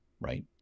right